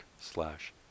slash